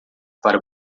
para